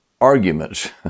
arguments